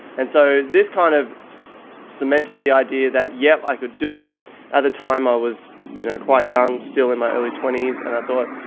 and so this kind of cemented the idea that, yep, i could do it at the time i was you know quite young, still in my early twenties and i thought,